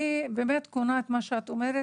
אני באמת קונה את מה שאת אומרת,